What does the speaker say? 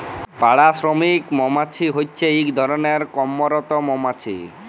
পাড়া শ্রমিক মমাছি হছে ইক ধরলের কম্মরত মমাছি